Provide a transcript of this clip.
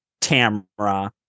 Tamra